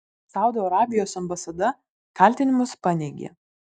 saudo arabijos ambasada kaltinimus paneigė